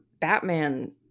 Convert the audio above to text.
Batman